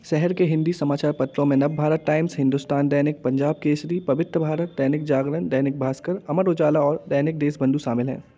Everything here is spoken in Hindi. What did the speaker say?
शहर के हिंदी समाचार पत्रों में नवभारत टाइम्स हिंदुस्तान दैनिक पंजाब केसरी पवित्र भारत दैनिक जागरण दैनिक भास्कर अमर उजाला और दैनिक देशबंधु शामिल हैं